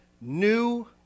New